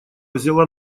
взяла